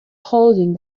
holding